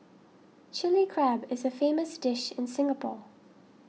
Chilli Crab is a famous dish in Singapore